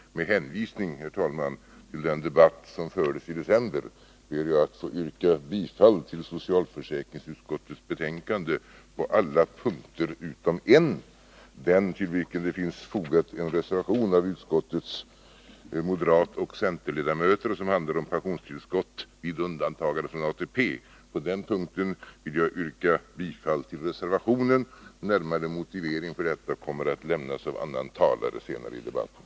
Med hänvisning, herr talman, till den debatt som fördes i december ber jag att få yrka bifall till socialförsäkringsutskottets hemställan på alla punkter utom en — den till vilken det finns fogad en reservation av utskottets moderatoch centerledamöter och som handlar om pensionstillskottet vid undantagande från ATP. På den punkten vill jag yrka bifall till reservationen. Närmare motivering för detta kommer att lämnas av annan talare senare under debatten.